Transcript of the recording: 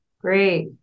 Great